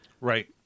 Right